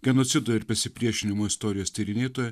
genocido ir pasipriešinimo istorijos tyrinėtoja